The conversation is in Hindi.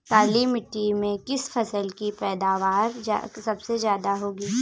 काली मिट्टी में किस फसल की पैदावार सबसे ज्यादा होगी?